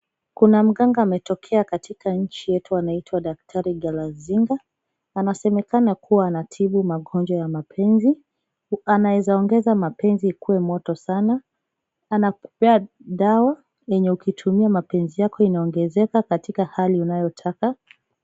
Kuna mganga ametokea katika nchi yetu anaitwa daktari Galazinga, anasemekana kuwa anatibu magonjwa ya mapenzi. Anawezaongeza mapenzi ikue moto sana, anakupea dawa yenye ukitumia mapenzi yako inaongezeka katika hali unayotaka.